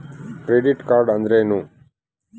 Credit card ಅಂದ್ರೇನು?